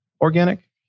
organic